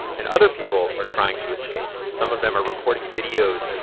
and other people are trying to escape. some of them are recording videos